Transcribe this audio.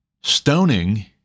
Stoning